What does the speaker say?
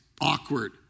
awkward